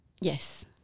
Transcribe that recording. yes